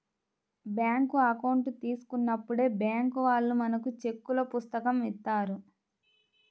bank account తీసుకున్నప్పుడే bank వాళ్ళు మనకు చెక్కుల పుస్తకం ఇత్తారు